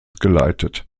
geleitet